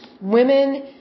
Women